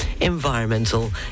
environmental